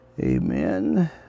Amen